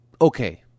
Okay